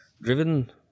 driven